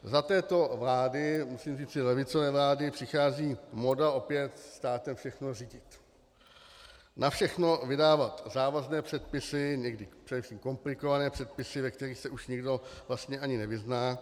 Za této vlády, musím říci levicové vlády, přichází móda opět státem všechno řídit, na všechno vydávat závazné předpisy, někdy především komplikované předpisy, ve kterých se už vlastně ani nikdo nevyzná.